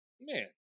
Man